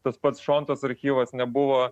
tas pats šontos archyvas nebuvo